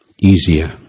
easier